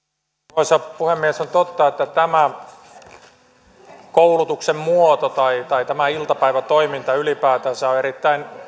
arvoisa puhemies on totta että tämä koulutuksen muoto tai tämä iltapäivätoiminta ylipäätänsä on erittäin